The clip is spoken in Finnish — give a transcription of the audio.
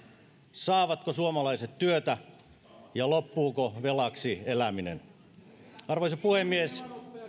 saavatko suomalaiset työtä ja loppuuko velaksi eläminen arvoisa puhemies